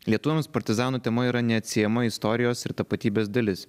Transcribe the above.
lietuvos partizanų tema yra neatsiejama istorijos ir tapatybės dalis